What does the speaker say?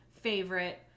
favorite